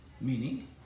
meaning